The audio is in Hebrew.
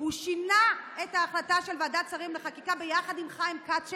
הוא שינה את ההחלטה של ועדת שרים לחקיקה ביחד עם חיים כץ,